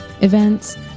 events